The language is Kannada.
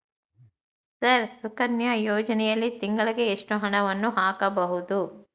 ಸರ್ ಸುಕನ್ಯಾ ಯೋಜನೆಯಲ್ಲಿ ತಿಂಗಳಿಗೆ ಎಷ್ಟು ಹಣವನ್ನು ಹಾಕಬಹುದು?